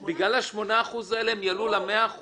זה 8%. בגלל ה-8% האלה הם יעלו ל-100%.